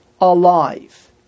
alive